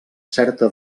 certa